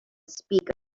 speak